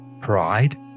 pride